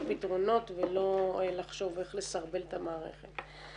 פתרונות ולא לחשוב איך לסרבל את המערכת.